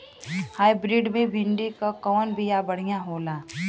Hybrid मे भिंडी क कवन बिया बढ़ियां होला?